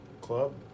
club